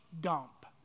dump